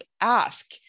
ask